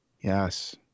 yes